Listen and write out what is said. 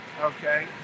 Okay